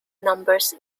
numbers